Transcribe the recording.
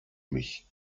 mich